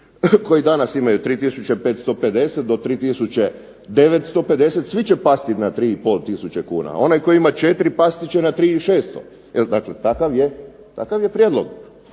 koji danas imaju 3550 do 3950 svi će pasti na 3 i pol tisuće kuna. Onaj koji ima 4 pasti će na 3600. Jer dakle takav je prijedlog.